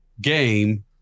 game